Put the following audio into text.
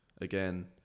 again